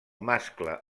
mascle